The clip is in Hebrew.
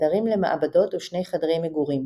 חדרים למעבדות ושני חדרי מגורים.